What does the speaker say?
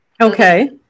Okay